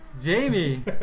Jamie